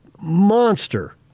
monster